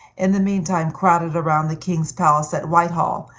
in the mean time, crowded around the king's palace at whitehall,